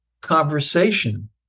conversation